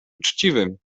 uczciwym